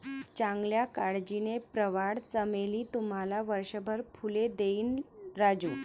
चांगल्या काळजीने, प्रवाळ चमेली तुम्हाला वर्षभर फुले देईल राजू